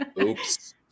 Oops